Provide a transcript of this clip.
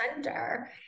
center